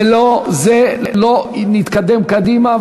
בלא זה, לא נתקדם קדימה.